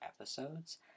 episodes